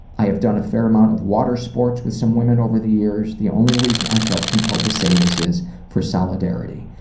i have done a fair amount of water sports with women over the years. the only reason i felt compelled to say this is for solidarity.